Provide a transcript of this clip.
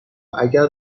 اگر